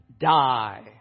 die